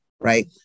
right